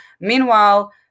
Meanwhile